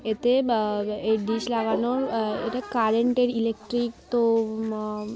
এতে এ ডিশ লাগানোর এটা কারেন্টের ইলেকট্রিক তো